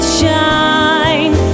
shine